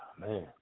man